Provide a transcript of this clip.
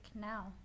now